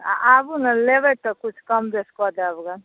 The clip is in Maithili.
आ आबु ने लेबै तऽ किछु कम बेस कऽ देब गऽ